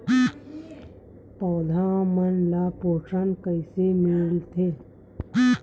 पौधा मन ला पोषण कइसे मिलथे?